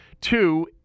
Two